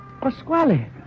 Pasquale